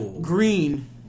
Green